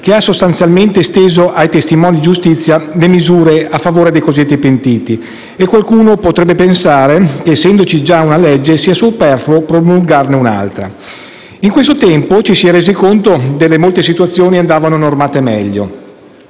che ha sostanzialmente esteso ai testimoni di giustizia le misure a favore dei cosiddetti pentiti e qualcuno potrebbe pensare che, essendoci già una legge, sia superfluo approvarne un'altra. In questo tempo ci si è resi conto che molte situazioni andavano normate meglio,